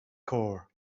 core